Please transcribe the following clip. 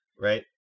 right